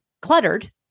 cluttered